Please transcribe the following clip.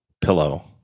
Pillow